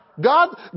God